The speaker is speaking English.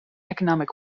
economic